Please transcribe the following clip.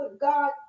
god